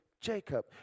Jacob